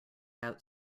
out